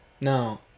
No